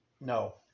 No